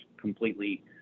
completely